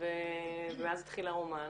ואז התחיל הרומן.